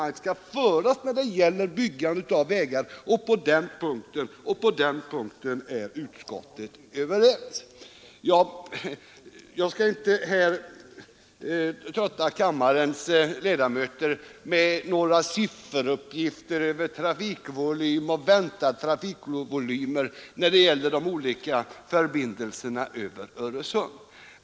Det skall föras när det gäller byggandet av vägar, och på den punkten är utskottets ledamöter överens. Jag skall inte trötta kammarens ledamöter med sifferuppgifter över trafikvolym och väntad trafikvolym när det gäller de olika förbindelserna över Öresund.